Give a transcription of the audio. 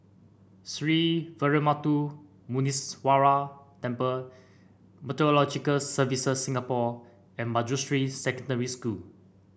Sree Veeramuthu Muneeswaran Temple Meteorological Services Singapore and Manjusri Secondary School